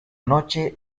noche